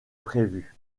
prévu